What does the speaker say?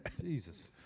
Jesus